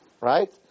right